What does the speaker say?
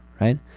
right